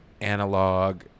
analog